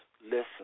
listen